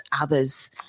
others